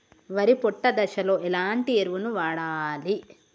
వరి పొట్ట దశలో ఎలాంటి ఎరువును వాడాలి?